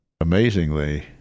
amazingly